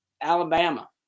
Alabama